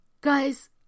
Guys